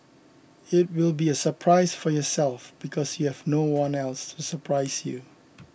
it will be a surprise for yourself because you have no one else to surprise you